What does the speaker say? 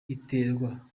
iterwa